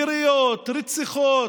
יריות, רציחות,